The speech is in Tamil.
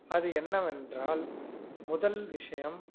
அது என்னவென்றால் முதல் விஷயம்